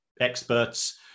experts